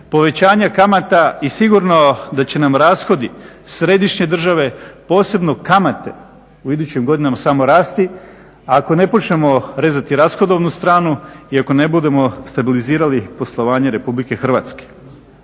povećanja kamata i sigurno da će nam rashodi središnje države posebno kamate u idućim godinama samo rasti ako ne počnemo rezati rashodovnu stranu i ako ne budemo stabilizirali poslovanje RH. Gledajući